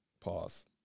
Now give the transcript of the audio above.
Pause